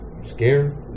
Scared